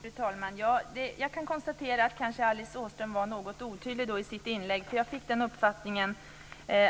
Fru talman! Jag kan konstatera att Alice Åström kanske var något otydlig i sitt inlägg. Jag fick den uppfattningen